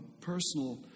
personal